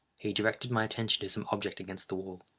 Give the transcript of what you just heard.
he directed my attention to some object against the wall.